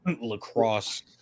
lacrosse